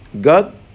God